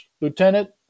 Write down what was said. lieutenant